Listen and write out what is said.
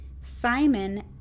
Simon